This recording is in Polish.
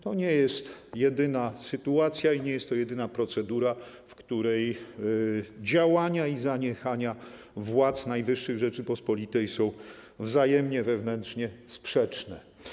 To nie jest jedyna sytuacja i nie jest to jedyna procedura, w której działania i zaniechania władz najwyższych Rzeczypospolitej są wzajemnie sprzeczne wewnętrznie.